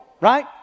right